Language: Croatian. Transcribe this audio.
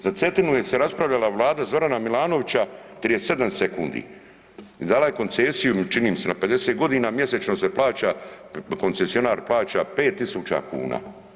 Za Cetinu je se raspravljala vlada Zorana Milanovića 37 sekundi i dala je koncesiju čini mi se na 50 godina mjesečno se plaća, koncesionar plaća 5.000 kuna.